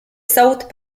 south